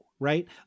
Right